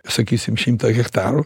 sakysim šimtą hektarų